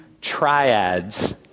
triads